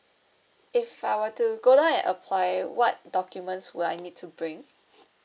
if I were to go down and apply what documents will I need to bring